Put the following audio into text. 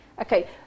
Okay